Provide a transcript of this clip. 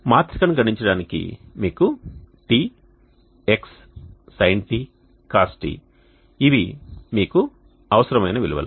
మాత్రికను గణించడానికి మీకు τ x sinτ cosτ ఇవి మీకు అవసరమైన విలువలు